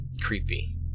Creepy